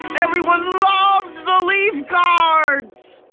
everyone loved the leaf cards!